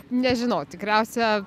nežinau tikriausia